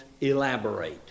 elaborate